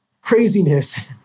craziness